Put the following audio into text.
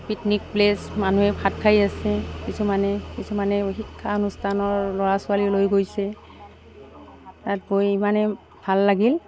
picnic place মানুহে ভাত খাই আছে কিছুমানে কিছুমানে শিক্ষানুষ্ঠানৰ ল'ৰা ছোৱালী লৈ গৈছে তাত গৈ ইমানে ভাল লাগিল